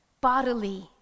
bodily